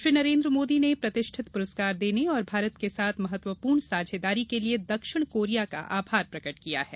श्री नरेन्द्र मोदी ने प्रतिष्ठित पुरस्कार देने और भारत के साथ महत्वपूर्ण साझेदारी के लिए दक्षिण कोरिया का आभार प्रकट किया है